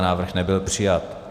Návrh nebyl přijat.